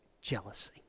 jealousy